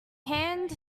hand